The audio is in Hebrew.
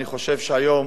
אני חושב שהיום